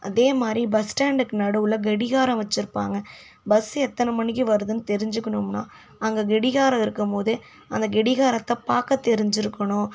அதேமாதிரி பஸ் ஸ்டாண்ட்டுக்கு நடுவில் கடிகாரம் வச்சுருப்பாங்க பஸ் எத்தனை மணிக்கு வருதுனு தெரிஞ்சிக்கணும்னா அங்கே கடிகாரம் இருக்கும் போது அந்த கடிகாரத்த பார்க்க தெரிஞ்சுருக்கணும்